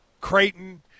Creighton